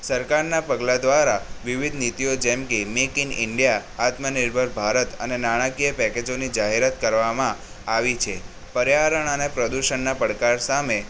સરકારના પગલાં દ્વારા વિવિધ નીતિઓ જેમકે make in India Aatmanirbhar Bharat અને નાણાંકીય પેકેજોની જાહેરાત કરવામાં આવી છે પર્યાવરણ અને પ્રદૂષણના પડકાર સામે